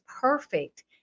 perfect